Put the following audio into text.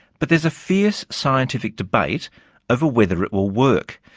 but there's a fierce scientific debate over whether it will work,